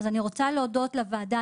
אז אני רוצה להודות לוועדה.